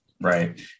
Right